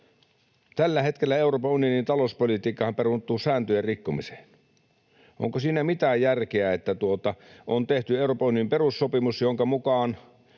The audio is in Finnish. Tällä hetkellä Euroopan unionin talouspolitiikkahan perustuu sääntöjen rikkomiseen. Onko siinä mitään järkeä, että on tehty Euroopan unionin perussopimus, jonka mukaan